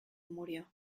murió